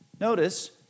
Notice